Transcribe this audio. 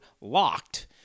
LOCKED